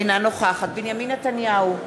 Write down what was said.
אינה נוכחת בנימין נתניהו,